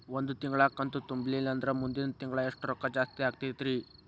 ಒಂದು ತಿಂಗಳಾ ಕಂತು ತುಂಬಲಿಲ್ಲಂದ್ರ ಮುಂದಿನ ತಿಂಗಳಾ ಎಷ್ಟ ರೊಕ್ಕ ಜಾಸ್ತಿ ಆಗತೈತ್ರಿ?